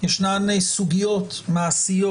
ישנן סוגיות מעשיות,